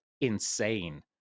insane